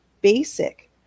basic